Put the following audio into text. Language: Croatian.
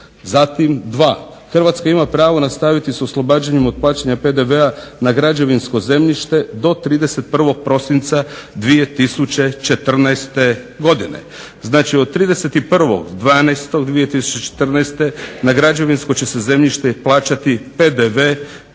Zatim "Dva, Hrvatska ima pravo nastaviti s oslobađanjem od plaćanja PDV na građevinsko zemljište do 31. Prosinca 2014. Godine". Znači od 31.12.2104. na građevinsko će se zemljište plaćati PDV